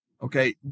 Okay